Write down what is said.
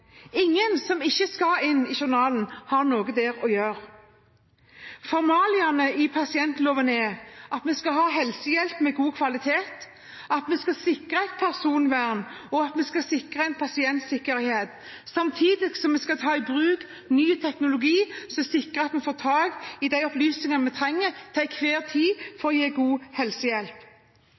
Ingen skal inn i journalen som ikke har noe der å gjøre. Formålet med pasientjournalloven er at vi skal ha helsehjelp av god kvalitet, og at vi sikrer personvernet og pasientsikkerheten, samtidig som vi skal ta i bruk ny teknologi som sikrer at vi får tak i de opplysningene vi trenger til enhver tid for å gi god helsehjelp.